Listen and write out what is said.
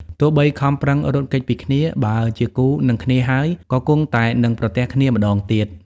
ទោះបីខំប្រឹងរត់គេចពីគ្នា បើជាគូនឹងគ្នាហើយ ក៏គង់តែនឹងប្រទះគ្នាម្តងទៀត។